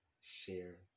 Share